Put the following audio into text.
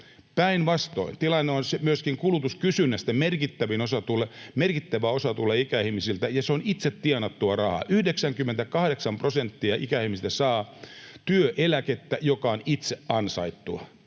Päinvastoin, myöskin kulutuskysynnästä merkittävä osa tulee ikäihmisiltä, ja se on itse tienattua rahaa. 98 prosenttia ikäihmisistä saa työeläkettä, joka on itse ansaittua.